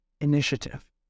initiative